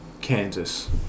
Kansas